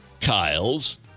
Kyles